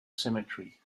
cemetery